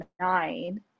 nine